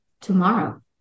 tomorrow